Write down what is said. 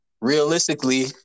realistically